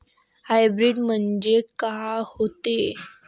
Hybrid म्हनजे का होते?